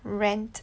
rant